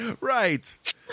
Right